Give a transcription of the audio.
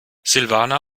silvana